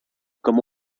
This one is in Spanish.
como